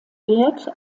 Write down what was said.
wert